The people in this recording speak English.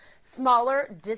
smaller